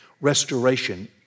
Restoration